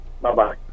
Bye-bye